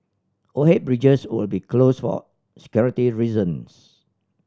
overhead bridges will be closed for security reasons